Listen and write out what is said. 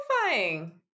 terrifying